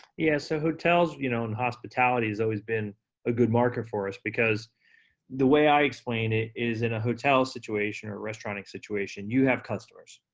yeah, so hotels, you know, in hospitality has always been a good market for us because the way i explain it is, in a hotel situation, or a restaurant situation, you have customers.